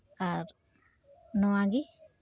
ᱟᱨ ᱱᱚᱣᱟ ᱜᱮ